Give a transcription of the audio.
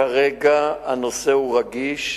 כרגע הנושא רגיש,